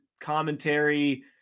commentary